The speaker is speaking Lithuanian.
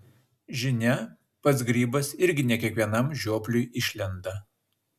žinia pats grybas irgi ne kiekvienam žiopliui išlenda